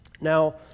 now